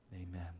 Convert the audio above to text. Amen